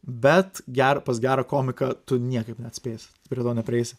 bet ger pas gerą komiką tu niekaip neatspėsi prie to neprieisi